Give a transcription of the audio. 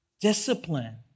Discipline